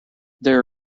there